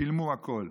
שילמו הכול,